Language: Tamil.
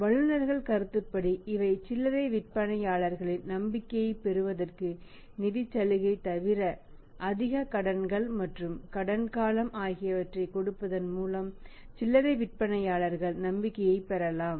வல்லுநர்கள் கருத்துப்படி இவை சில்லரை விற்பனையாளர்களின் நம்பிக்கையை பெறுவதற்கு நிதி சலுகை தவிர அதிக கடன்கள் மற்றும் கடன் காலம் ஆகியவற்றை கொடுப்பதன் மூலமும் சில்லறை விற்பனையாளர்கள் நம்பிக்கையை பெறலாம்